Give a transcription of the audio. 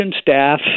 staff